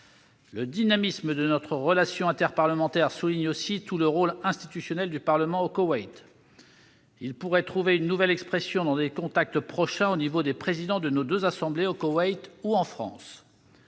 Le dynamisme de notre relation interparlementaire souligne aussi le rôle institutionnel du Parlement au Koweït. Il pourrait trouver une nouvelle expression dans des contacts prochains au niveau des présidents de nos deux assemblées, au Koweït ou en France.